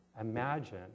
imagine